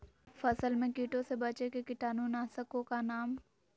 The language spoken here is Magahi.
फसल में कीटों से बचे के कीटाणु नाशक ओं का नाम?